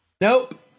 Nope